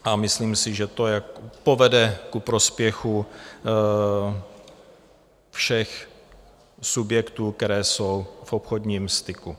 A myslím si, že to povede ku prospěchu všech subjektů, které jsou v obchodním styku.